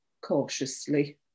cautiously